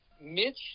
Mitch